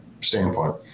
standpoint